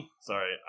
Sorry